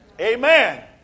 Amen